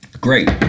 Great